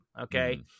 okay